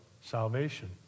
salvation